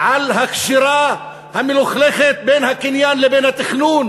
יש גם כללים של קריאת ביניים, כן,